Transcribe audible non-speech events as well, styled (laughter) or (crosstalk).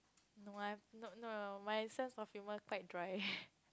no ah I'm not no my sense of humor quite dry (laughs)